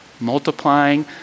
multiplying